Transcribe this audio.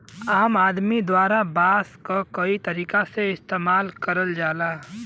आदमी द्वारा बांस क कई तरीका से इस्तेमाल करल जाला